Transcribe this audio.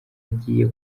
agiye